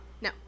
No